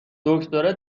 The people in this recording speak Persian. دکتره